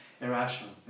Irrational